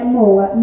More